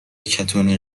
کتونی